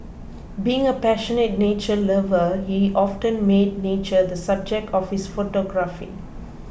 being a passionate nature lover he often made nature the subject of his photography